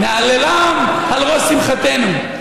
נהללם, על ראש שמחתנו.